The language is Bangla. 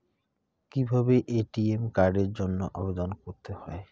কিভাবে এ.টি.এম কার্ডের জন্য আবেদন করতে হয়?